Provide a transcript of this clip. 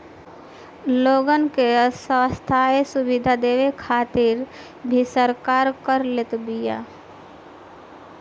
लोगन के स्वस्थ्य सुविधा देवे खातिर भी सरकार कर लेत बिया